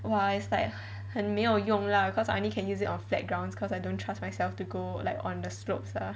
!wah! it's like 很没有用 lah cause I only can use it on flat grounds cause I don't trust myself to go like on the slopes lah